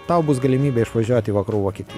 tau bus galimybė išvažiuot į vakarų vokietiją